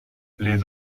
les